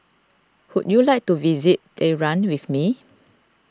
would you like to visit Tehran with me